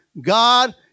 God